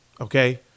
Okay